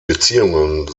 beziehungen